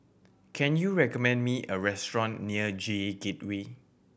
can you recommend me a restaurant near J Gateway